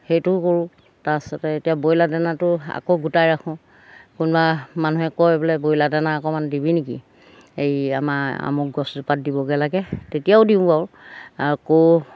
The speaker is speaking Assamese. সেইটোও কৰোঁ তাৰপাছতে এতিয়া ব্ৰইলাৰ দানাটো আকৌ গোটাই ৰাখোঁ কোনোবা মানুহে কয় বোলে ব্ৰইলাৰ দানা অকণমান দিবি নেকি এই আমাৰ আমুক গছজোপাত দিবগৈ লাগে তেতিয়াও দিওঁ বাৰু আকৌ